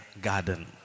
garden